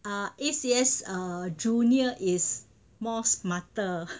A_C_S err junior is more smarter